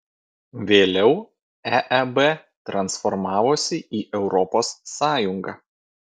vėliau eeb transformavosi į europos sąjungą